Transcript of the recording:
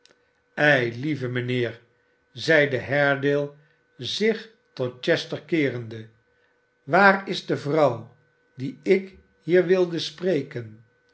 eilieve mijnheer zeide haredale zich tot chester keerende waar is de vrouw die ik hier wilde spreken